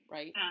Right